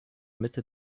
mitte